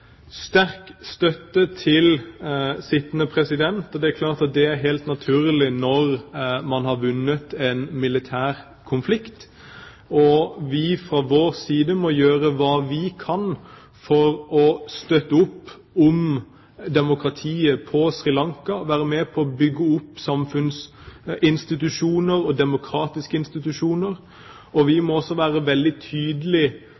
sterk støtte til den sittende president. Det er klart at det er helt naturlig når man har vunnet en militær konflikt. Fra vår side må vi gjøre hva vi kan for å støtte opp om demokratiet på Sri Lanka, være med på å bygge opp samfunnsinstitusjoner og demokratiske institusjoner. Vi må også være veldig tydelige